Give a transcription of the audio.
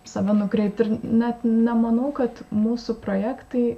save nukreipti ir net nemanau kad mūsų projektai